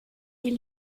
est